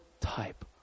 type